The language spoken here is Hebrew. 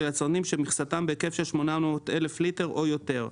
יצרים שמכסתם היא בהיקף של 800 אלף ליטר או יותר".